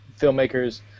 filmmakers